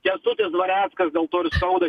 kęstutis dvareckas dėl to ir skauda